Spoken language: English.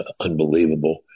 unbelievable